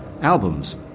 albums